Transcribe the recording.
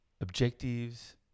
objectives